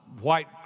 white